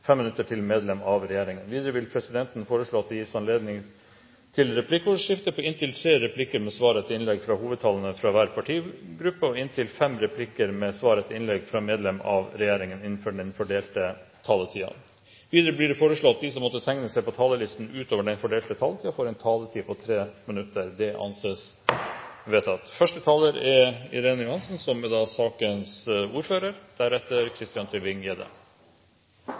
fem replikker med svar etter innlegg fra medlem av regjeringen innenfor den fordelte taletid. Videre blir det foreslått at de som måtte tegne seg på talerlisten utover den fordelte taletid, får en taletid på inntil 3 minutter. – Det anses vedtatt. Innføring av politiattest for ansatte i VTA-bedrifter, som omfatter saker der personer er tiltalt, har vedtatt forelegg eller er